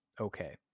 Okay